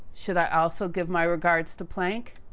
should i also give my regards to planck?